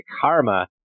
karma